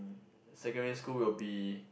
secondary school will be